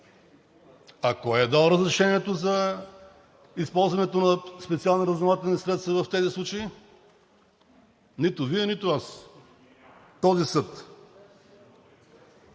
А кой е дал разрешението за използването на специални разузнавателни средства в тези случаи? Нито Вие, нито аз. А този съд!